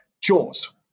Jaws